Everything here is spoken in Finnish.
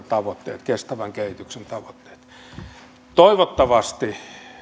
tavoitteet kestävän kehityksen tavoitteet toivottavasti